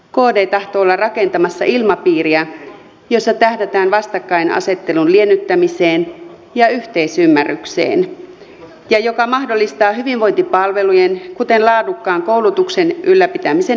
kd tahtoo olla rakentamassa ilmapiiriä jossa tähdätään vastakkainasettelun liennyttämiseen ja yhteisymmärrykseen ja joka mahdollistaa hyvinvointipalvelujen kuten laadukkaan koulutuksen ylläpitämisen jatkossakin